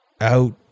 out